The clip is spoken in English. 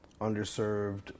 underserved